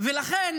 לכן